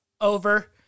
over